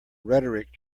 rhetoric